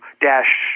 dash